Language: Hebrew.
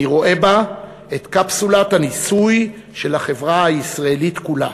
אני רואה בה את קפסולת הניסוי של החברה הישראלית כולה.